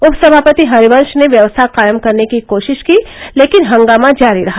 उप सभापति हरिवंश ने व्यवस्था कायम करने की कोशिश की लेकिन हंगामा जारी रहा